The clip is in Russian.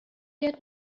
лет